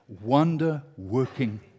wonder-working